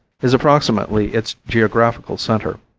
is approximately its geographical center.